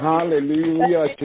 Hallelujah